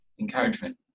encouragement